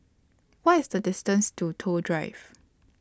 What IS The distance to Toh Drive